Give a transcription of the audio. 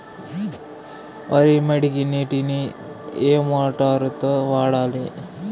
వరి మడికి నీటిని ఏ మోటారు తో వాడాలి?